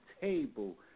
table